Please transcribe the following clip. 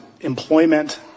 employment